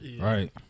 Right